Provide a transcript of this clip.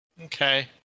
Okay